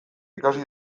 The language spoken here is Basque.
ikasi